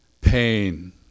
Pain